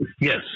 Yes